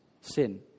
sin